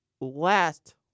last